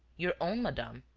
your own, madame.